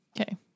Okay